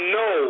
no